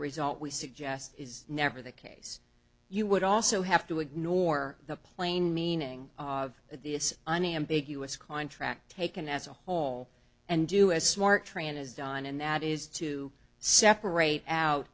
result we suggest is never the case you would also have to ignore the plain meaning of the it's an ambiguous contract taken as a whole and do as smart as don and that is to separate out